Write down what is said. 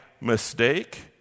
mistake